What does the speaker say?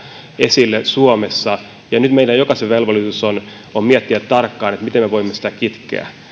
esille suomessa ja nyt meidän jokaisen velvollisuus on on miettiä tarkkaan miten me voimme sitä kitkeä